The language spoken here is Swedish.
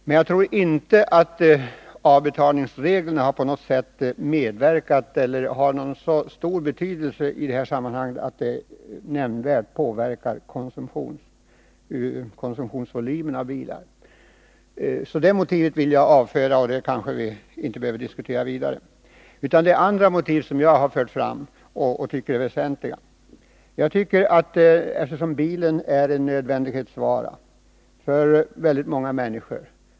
Men jag tror Fredagen den inte att avbetalningsreglerna haft någon stor betydelse när det gällt att 20 februari 1981 påverka volymen av bilkonsumtionen. Det motivet vill jag alltså avföra, och vi kanske inte behöver diskutera den frågan vidare. Det är andra motiv som jag har fört fram som jag tycker är väsentliga. reglerna för han Bilen är en nödvändighetsvara för väldigt många människor.